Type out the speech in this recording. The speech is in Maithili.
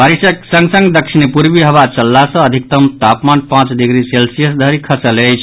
बारिशक संग संग दक्षिणी पूर्वी हवा चलला सँ अधिकतम तापमान पांच डिग्री सेल्सियस धरि खसल अछि